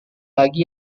lagi